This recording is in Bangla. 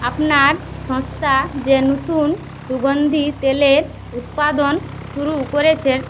আপনার সস্তা যে নতুন সুগন্ধি তেলের উৎপাদন শুরু করেছেন